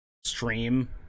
stream